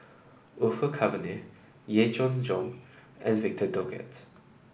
Orfeur Cavenagh Yee Jenn Jong and Victor Doggett